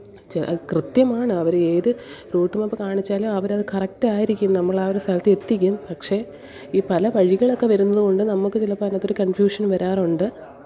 കൃത്യമാണ് അവർ ഏത് റൂട്ട് മാപ്പ് കാണിച്ചാലും അവർ അത് കറക്റ്റ് ആയിരിക്കും നമ്മൾ ആ ഒരു സ്ഥലത്ത് എത്തിക്കും പക്ഷെ ഈ പല വഴികളൊക്കെ വരുന്നതു കൊണ്ട് നമുക്ക് ചിലപ്പം അതിനകത്ത് ഒരു കണ്ഫ്യൂഷന് വരാറുണ്ട്